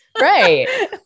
Right